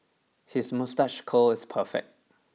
his moustache curl is perfect